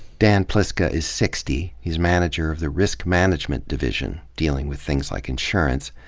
dan pliszka is sixty. he's manager of the risk management division, dealing with things like insurance,